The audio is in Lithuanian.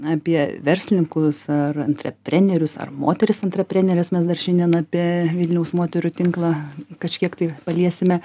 apie verslininkus ar antreprenerius ar moteris antrapreneres mes dar šiandien apie vilniaus moterų tinklą kažkiek tai paliesime